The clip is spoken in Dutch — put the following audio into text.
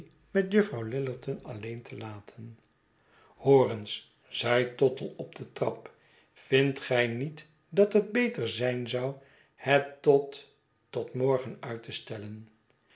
met juffrouw lillerton alleen te laten hoor eens zei tottle op de trap vindt gij niet dat het beter zijn zou het tot tot morgen uit te stellen